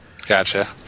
Gotcha